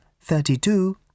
thirty-two